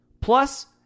plus